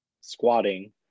squatting